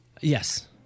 Yes